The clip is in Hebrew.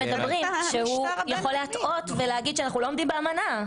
מדברים שהוא יכול להטעות ולהגיד שאנחנו לא עומדים באמנה.